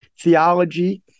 theology